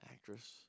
actress